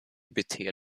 beter